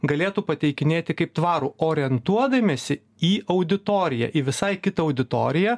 galėtų pateikinėti kaip tvarų orientuodamiesi į auditoriją į visai kitą auditoriją